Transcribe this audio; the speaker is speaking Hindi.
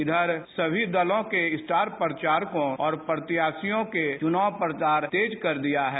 इधर सभी दलों के स्टार प्रचारकों और प्रत्याशियो ने चुनाव प्रचार तेज कर दिया है